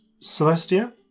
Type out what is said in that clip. Celestia